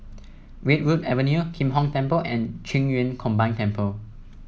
Redwood Avenue Kim Hong Temple and Qing Yun Combined Temple